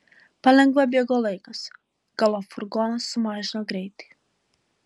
palengva bėgo laikas galop furgonas sumažino greitį